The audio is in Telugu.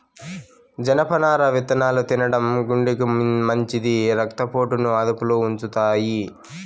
జనపనార విత్తనాలు తినడం గుండెకు మంచిది, రక్త పోటును అదుపులో ఉంచుతాయి